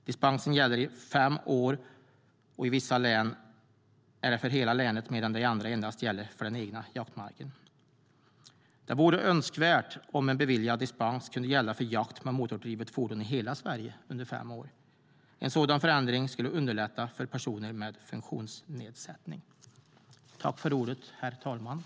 Dispensen gäller i fem år. I vissa län gäller den för hela länet, medan den i andra endast gäller för den egna jaktmarken. Det vore önskvärt om en beviljad dispens kunde gälla för jakt med motordrivet fordon i hela Sverige under fem år. En sådan förändring skulle underlätta för personer med funktionsnedsättning.I detta anförande instämde Mikael Eskilandersson, Anders Forsberg och Roger Hedlund .